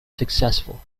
successful